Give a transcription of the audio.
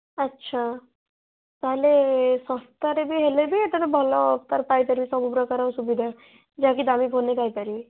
ଆଚ୍ଛା ତା' ହେଲେ ଶସ୍ତାରେ ବି ହେଲେ ବି ଏଇଟାର ଭଲ ଅଫର୍ ପାଇପାରିବେ ସବୁ ପ୍ରକାର ସୁବିଧା ଯାହା କି ଦାମୀ ଫୋନ୍ରେ ପାଇପାରିବେ